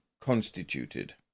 constituted